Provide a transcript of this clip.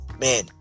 man